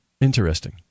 Interesting